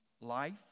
life